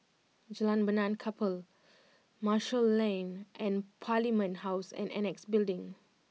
Jalan Benaan Kapal Marshall Lane and Parliament House and Annexe Building